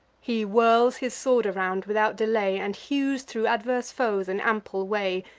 he whirls his sword around, without delay, and hews thro' adverse foes an ample way,